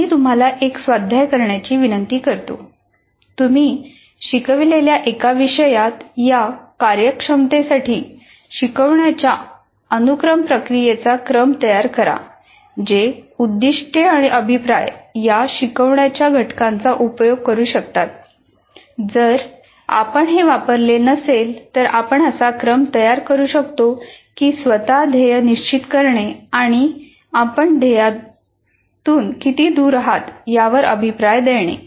आम्ही तुम्हाला एक स्वाध्याय करण्याची विनंती करतो तुम्ही शिकविलेल्या एका विषयात एका कार्यक्षमतेसाठी शिकवण्याच्या अनुक्रम प्रक्रियेचा क्रम तयार करा जे उद्दिष्टे आणि अभिप्राय या शिकवण्याच्या घटकांचा उपयोग करू शकतात जर आपण हे वापरलेले नसेल तर आपण असा क्रम तयार करू शकता की स्वतः ध्येय निश्चित करणे आणि आपण ध्येयातून किती दूर आहात यावर अभिप्राय देणे